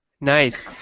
Nice